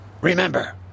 Remember